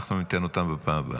אנחנו ניתן אותן בפעם הבאה.